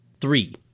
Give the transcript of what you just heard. Three